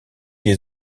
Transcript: des